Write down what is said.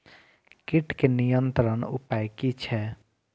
कीटके नियंत्रण उपाय कि छै?